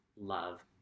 love